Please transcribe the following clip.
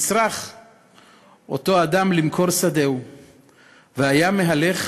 נצרך למכור שדהו והיה מהלך